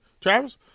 Travis